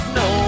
no